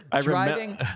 driving